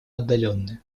отдаленное